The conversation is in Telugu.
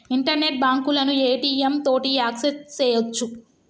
ఇంటర్నెట్ బాంకులను ఏ.టి.యం తోటి యాక్సెస్ సెయ్యొచ్చు